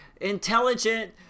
intelligent